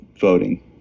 voting